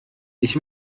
ich